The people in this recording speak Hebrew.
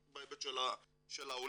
בהיבט של העולים.